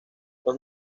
los